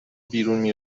بیرون